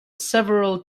several